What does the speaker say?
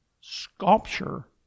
sculpture